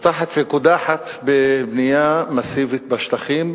רותחת וקודחת בבנייה מסיבית בשטחים,